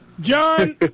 John